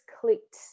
clicked